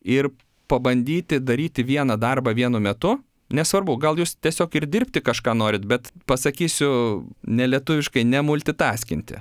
ir pabandyti daryti vieną darbą vienu metu nesvarbu gal jūs tiesiog ir dirbti kažką norit bet pasakysiu nelietuviškai nemultitaskinti